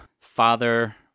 Father